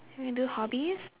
we do hobbies